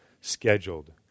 scheduled